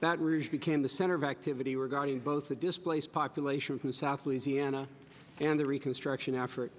that ridge became the center of activity regarding both the displaced population from south louisiana and the reconstruction effort